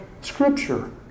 Scripture